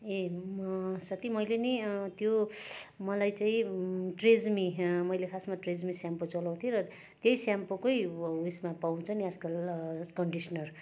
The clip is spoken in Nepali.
ए म साथी मैले नि त्यो मलाई चाहिँ ट्रेजमी मैले खासमा ट्रेजमी सेम्पू चलाउँथेँ र त्यही सेम्पूकै उसमा पाउँछ नि आजकल कन्डिसनर